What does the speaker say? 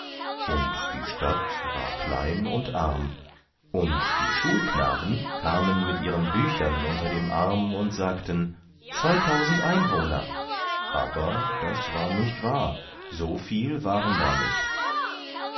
und die stadt war klein und arm und die schulknaben kamen mit ihren büchern unter dem arm und sagten zweitausend einwohner aber das war nicht wahr soviel waren da nicht